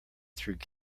through